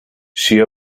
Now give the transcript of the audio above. she